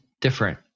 Different